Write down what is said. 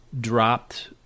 dropped